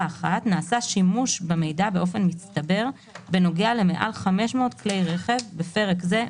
(1)נעשה שימוש במידע באופן מצטבר בנוגע למעל 500 כלי רכב (בפרק זה,